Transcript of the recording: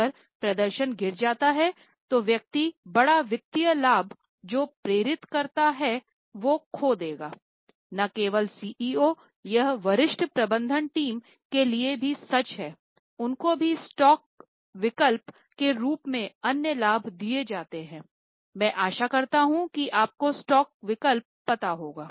अगर प्रदर्शन गिर जाता हैतो व्यक्ति बड़ा वित्तीय लाभ जो प्रेरित करता है खो देंगे न केवल सीईओ यह वरिष्ठ प्रबंधन टीम के लिए भी सच हैं उनको भी स्टॉक विकल्प के रूप में अन्य लाभ दिए जाते है मैं आशा करता हूँ कि आपको स्टॉक विकल्प पता होगा